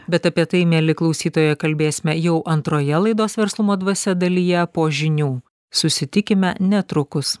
bet apie tai mieli klausytojai kalbėsime jau antroje laidos verslumo dvasia dalyje po žinių susitikime netrukus